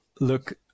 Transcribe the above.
Look